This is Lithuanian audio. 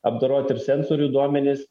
apdoroti ir sensorių duomenis